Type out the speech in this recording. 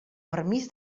permís